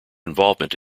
involvement